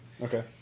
Okay